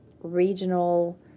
regional